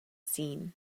seen